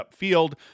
upfield